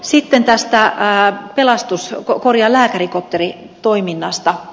sitten tästä lääkärikopteritoiminnasta